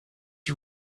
are